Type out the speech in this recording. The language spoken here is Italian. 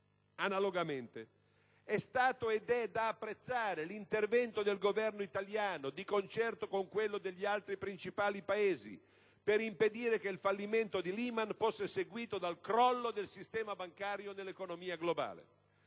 Analogamente, è stato ed è da apprezzare l'intervento del Governo italiano - di concerto con quello degli altri principali Paesi - per impedire che il fallimento di Lehman Brothers fosse seguito dal crollo del sistema bancario dell'economia globale: